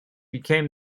became